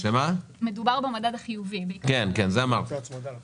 זה יישאר בקרן הפנסיה הרגילה,